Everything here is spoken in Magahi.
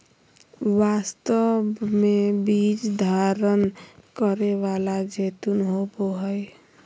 वास्तव में बीज धारण करै वाला जैतून होबो हइ